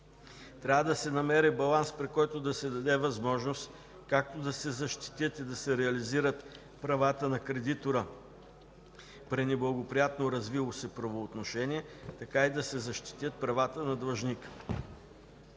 трябва да се намери баланс, при който да се даде възможност както да се защитят и да се реализират правата на кредитора при неблагоприятно развило се правоотношение, така и да се защитят правата на длъжника.